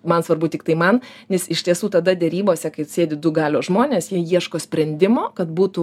man svarbu tiktai man nes iš tiesų tada derybose kai sėdi du galios žmonės jie ieško sprendimo kad būtų